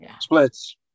Splits